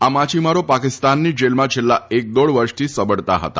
આ માછીમારો પાકિસ્તાનની જેલમાં છેલ્લા એક દોઢ વર્ષથી સબડતા ફતા